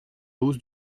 hausse